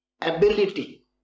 ability